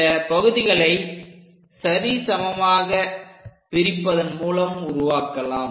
இந்த பகுதிகளை சரிசமமாக பிரிப்பதன் மூலம் உருவாக்கலாம்